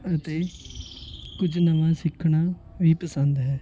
ਅਤੇ ਕੁਝ ਨਵਾਂ ਸਿੱਖਣਾ ਵੀ ਪਸੰਦ ਹੈ